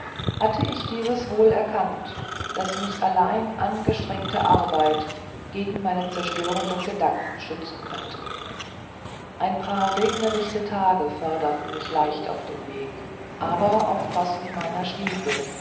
hatte ich dieses wohl erkannt daß mich allein angestrengte arbeit gegen meine zerstörenden gedanken schützen könnte ein paar regnichte tage förderten mich leicht auf dem weg aber auf kosten meiner stiefel